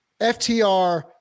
FTR